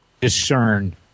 discern